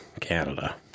Canada